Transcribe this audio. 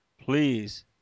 please